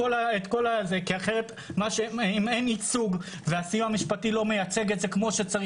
כי אחרת אם אין ייצוג והסיוע המשפטי לא מייצג את זה כמו שצריך